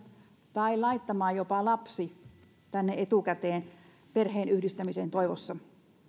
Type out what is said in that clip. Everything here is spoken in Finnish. tai laittamaan jopa lapsi tänne etukäteen perheenyhdistämisen toivossa